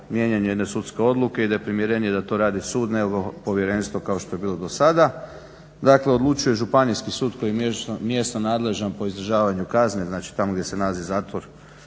mijenjanje jedne sudske odluke i da je primjerenije da to radi sud nego Povjerenstvo kao što je bilo do sada. Dakle odlučuje županijski sud koji je mjesno nadležan po izdržavanju kazne tamo gdje se nalazi zatvor